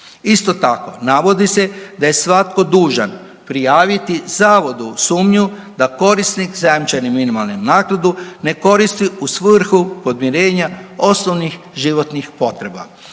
Isto tako navodi se da je svatko dužan prijaviti zavodu sumnju da korisnik zajamčene minimalne naknade ne koristi u svrhu podmirenja osnovnih životnih potreba.